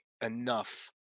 enough